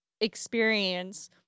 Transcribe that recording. experience